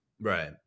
right